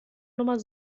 nummer